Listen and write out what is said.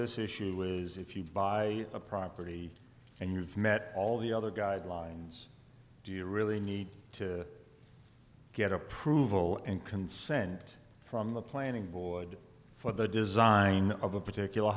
this issue is if you buy a property and you've met all the other guidelines do you really need to get approval and consent from the planning board for the design of a particular